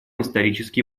исторический